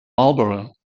marlborough